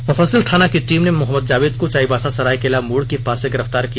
मुफस्सिल थाना की टीम ने मोहम्मद जावेद को चाईबासा सरायकेला मोड़ के पास से गिरफ्तार किया